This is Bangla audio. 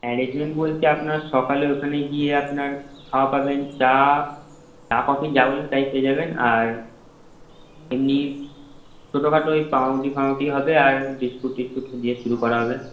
অ্যারেঞ্জমেন্ট বলতে আপনার সকালে ওখানে গিয়ে আপনার খাওয়া পাবেন চা চা কফি যা বলবেন তাই পেয়ে যাবেন আর এমনি ছোটো খাটো ওই পাউরুটি ফাউরুটি হবে আর বিস্কুট টিস্কুট দিয়ে শুরু করা হবে